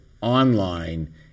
online